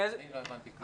אני לא הבנתי כלום.